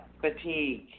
fatigue